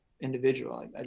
individual